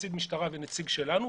נציג משטרה ונציג שלנו.